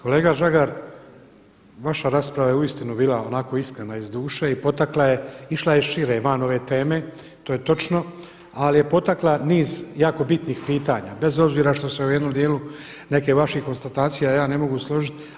Kolega Žagar, vaša rasprava je uistinu bila onako iskrena iz duše i potakla je, išla je šire van ove teme to je točno, ali je potakla niz jako bitnih pitanja bez obzira što se u nekom dijelu nekih vaših konstatacija ja ne mogu složiti.